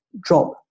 drop